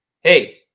Hey